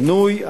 מינוי,